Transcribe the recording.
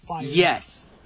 Yes